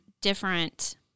different